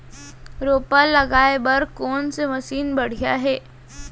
रोपा लगाए बर कोन से मशीन बढ़िया हे?